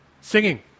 Singing